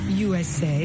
USA